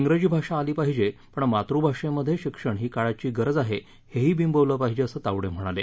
जिजी भाषा आली पाहिजे पण मातृभाषेमध्ये शिक्षण ही काळाची गरज आहे हेही विंबवलं पाहिजे असं तावडे म्हणाले